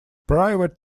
private